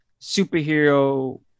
superhero